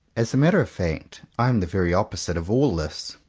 as a matter of fact i am the very opposite of all this.